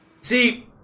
See